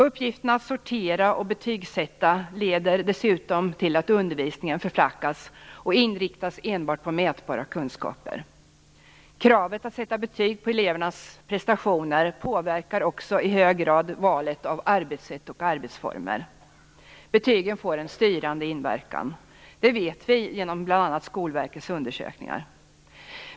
Uppgiften att sortera och betygsätta leder dessutom till att undervisningen förflackas och att den inriktas enbart på mätbara kunskaper. Kravet på att sätta betyg på elevernas prestationer påverkar också i hög grad valet av arbetssätt och arbetsformer. Betygen får en styrande inverkan. Det vet vi genom bl.a. Skolverkets undersökningar.